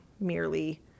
merely